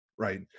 right